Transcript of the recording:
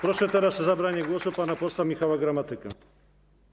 Proszę teraz o zabranie głosu pana posła Michała Gramatykę.